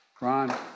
Ron